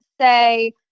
say